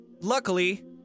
Luckily